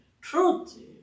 truth